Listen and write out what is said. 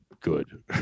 good